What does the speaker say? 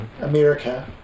america